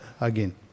again